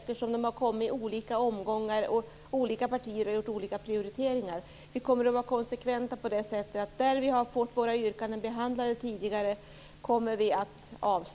De har kommit i olika omgångar, och olika partier har gjort olika prioriteringar. Vi kommer att vara konsekventa på det sättet att vi avstår från att rösta i frågor där vi redan fått våra yrkanden behandlade.